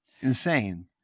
insane